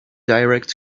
direct